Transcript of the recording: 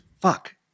fuck